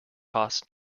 cost